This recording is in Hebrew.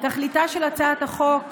תכליתה של הצעת החוק,